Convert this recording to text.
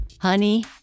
Honey